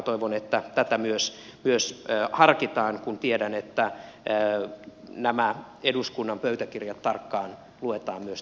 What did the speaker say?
toivon että tätä myös harkitaan kun tiedän että nämä eduskunnan pöytäkirjat tarkkaan luetaan myös ministeriössä